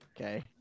okay